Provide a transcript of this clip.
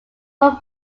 one